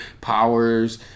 powers